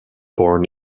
born